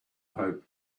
hoped